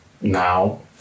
now